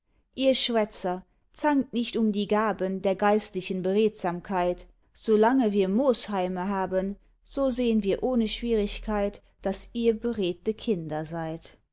ihr schwätzer zankt nicht um die gaben der geistlichen beredsamkeit solange wir mosheime haben so sehn wir ohne schwierigkeit daß ihr beredte kinder seid